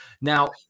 Now